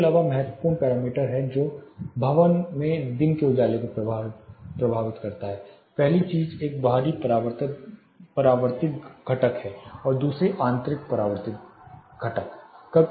इसके अलावा महत्वपूर्ण पैरामीटर हैं जो भवन में दिन के उजाले को प्रभावित करते हैं पहली चीज एक बाहरी परावर्तित घटक है और दूसरा आंतरिक परावर्तित घटक है